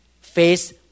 face